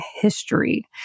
history